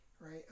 right